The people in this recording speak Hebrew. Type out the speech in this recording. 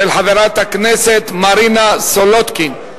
של חברת הכנסת מרינה סולודקין.